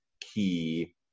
key